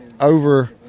Over